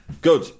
Good